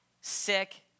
sick